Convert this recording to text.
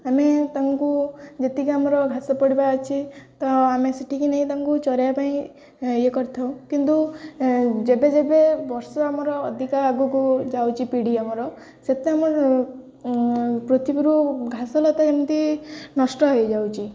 ଆମେ ତାଙ୍କୁ ଯେତିକି ଆମର ଘାସ ପଡ଼ିବା ଅଛି ତ ଆମେ ସେଠିକି ନେଇ ତାଙ୍କୁ ଚରେଇବା ପାଇଁ ଇଏ କରିଥାଉ କିନ୍ତୁ ଯେବେ ଯେବେ ବର୍ଷ ଆମର ଅଧିକା ଆଗକୁ ଯାଉଛି ପିଢ଼ି ଆମର ସେତେ ଆମର ପୃଥିବୀରୁ ଘାସଲତା ଏମିତି ନଷ୍ଟ ହୋଇଯାଉଛି